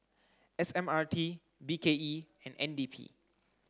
S M R T B K E and N D P